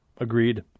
agreed